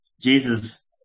Jesus